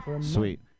Sweet